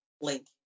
link